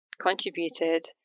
contributed